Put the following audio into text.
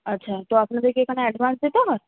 আচ্ছা তো আপনাদেরকে এখানে অ্যাডভান্স দিতে হয়